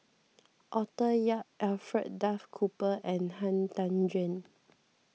Arthur Yap Alfred Duff Cooper and Han Tan Juan